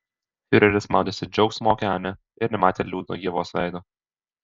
fiureris maudėsi džiaugsmo okeane ir nematė liūdno ievos veido